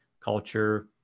culture